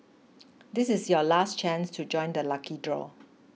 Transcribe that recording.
this is your last chance to join the lucky draw